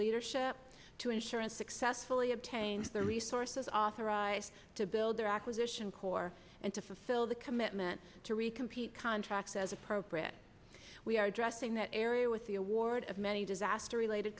leadership to ensure and successfully obtain the resources authorized to build their acquisition core and to fulfill the commitment to re compete contracts as appropriate we are addressing that area with the award of many disaster related